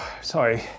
sorry